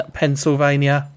pennsylvania